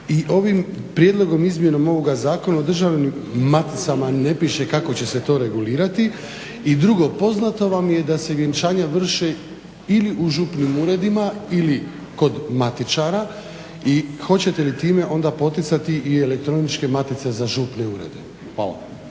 ovim prijedlogom izmjenom ovoga Zakona o državnim maticama ne piše kako će se to regulirati. I drugo, poznato vam je da se vjenčanja vrše ili u župnim uredima ili kod matičara i hoćete li time onda poticati i elektroničke matice za župne urede? Hvala.